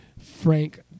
Frank